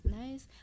nice